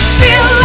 feel